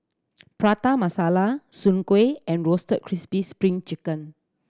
Prata Masala Soon Kuih and Roasted Crispy Spring Chicken